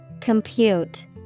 Compute